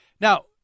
Now